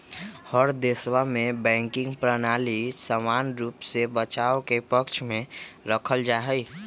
हर देशवा में बैंकिंग प्रणाली के समान रूप से बचाव के पक्ष में रखल जाहई